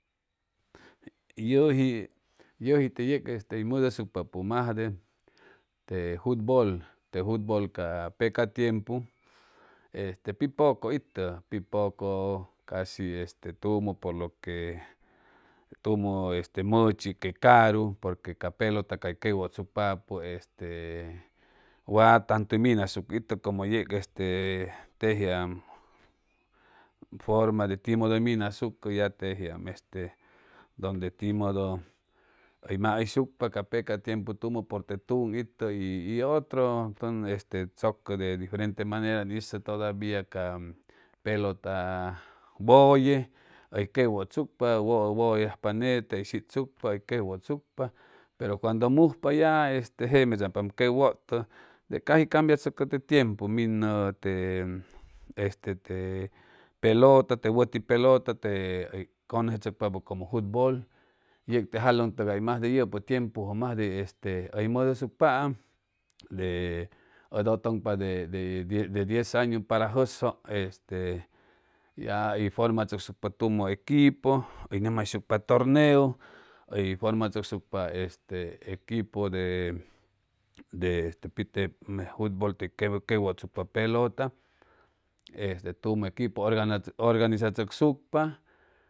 Y toji yeji tec este modosucupa mas de te fútbol fútbol ca peca tiempo este pi poco ito pi poco casi, tumo por le que tumo este muchi que caru por que ca pelota cay quecwotsucpapo este wa taguto y minusucpa te como jec te tejiam forma de itlo y magsucpaam ca peca tiempo por te tumo y otro este tisco de diferente magento y iso todavia ca pelota woye oy quecwotsucpa woyoyop gete u shitsucpa oy quecwotsucpa pero cuando muy pa ja este jemes ajpa para que om quecwoto de caj cambiatso te tiempo mino je este te pelota te wa pelota te u congesetscpa como fútbol jec te jalay tugay mas de yopo tiempo masde oy modosucpaam de b otlopam de diez añu para jojo este ya oy forma tsocpaam tumo equipo u gomjayshucpa torgeu y formalsosucupa este equipo de pit fútbol te quecwotsucpa pelota este tumo equipo organizsotsucupa